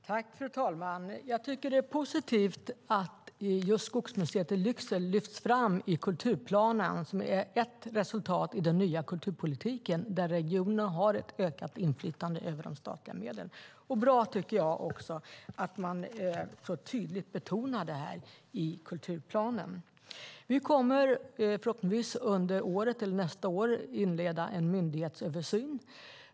Fru talman! Jag tycker att det är positivt att just Skogsmuseet i Lycksele lyfts fram i kulturplanen, som är ett resultat av den nya kulturpolitiken, där regioner har ett ökat inflytande över de statliga medlen. Det är bra att man så tydligt betonar detta i kulturplanen. Vi kommer förhoppningsvis under året eller nästa år att inleda en myndighetsöversyn.